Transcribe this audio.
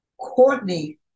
Courtney